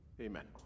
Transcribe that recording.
Amen